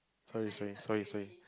sorry sorry sorry sorry